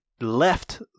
left